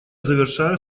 завершаю